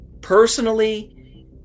Personally